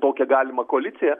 tokią galimą koaliciją